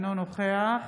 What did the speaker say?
אינו נוכח